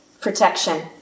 Protection